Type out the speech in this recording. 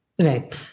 Right